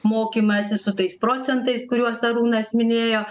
mokymąsi su tais procentais kuriuos arūnas minėjo